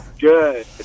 Good